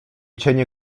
cienie